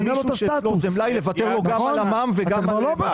אין סיבה למישהו שיש לו מלאי לוותר לו גם על המע"מ וגם על מס הכנסה.